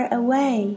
away